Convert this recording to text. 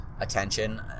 attention